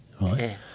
right